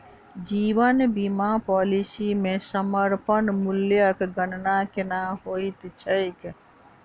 जीवन बीमा पॉलिसी मे समर्पण मूल्यक गणना केना होइत छैक?